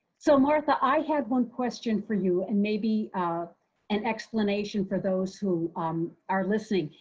so, martha, i had one question for you and maybe an explanation for those who um are listening.